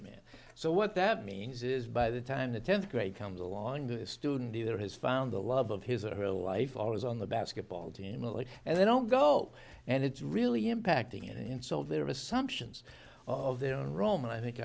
minimum so what that means is by the time the tenth grade comes along the student either has found the love of his or her life always on the basketball team and they don't go and it's really impacting and insult their assumptions of their own roman i think